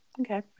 Okay